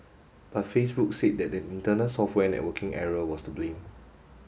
but Facebook said that an internal software networking error was to blame